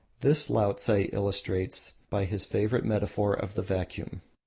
this laotse illustrates by his favourite metaphor of the vacuum.